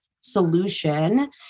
solution